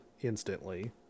instantly